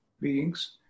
beings